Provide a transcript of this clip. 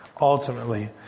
ultimately